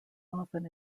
often